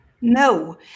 No